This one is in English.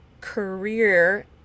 career